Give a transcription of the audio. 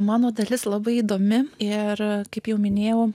mano dalis labai įdomi ir kaip jau minėjau